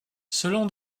selon